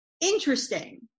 interesting